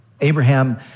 Abraham